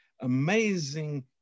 amazing